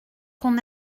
qu’on